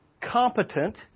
competent